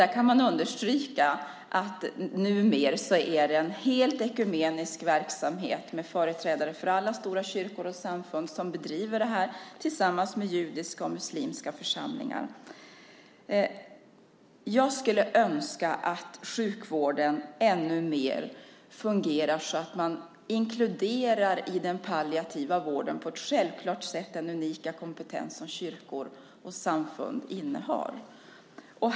Där kan man understryka att det här numera är en helt ekumenisk verksamhet. Det är företrädare för alla stora kyrkor och samfund som bedriver det här tillsammans med judiska och muslimska församlingar. Jag skulle önska att sjukvården ännu mer fungerade så att man i den palliativa vården på ett självklart sätt inkluderade den unika kompetens som kyrkor och samfund har.